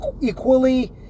equally